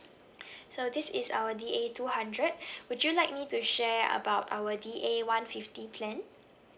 so this is our D_A two hundred would you like me to share about our D_A one fifty plan